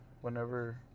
whenever